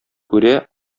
күрә